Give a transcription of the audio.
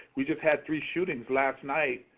we just had three shootings last night,